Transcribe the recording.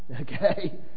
okay